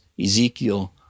Ezekiel